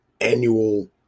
annual